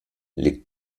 les